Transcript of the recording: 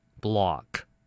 Block